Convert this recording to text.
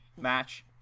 match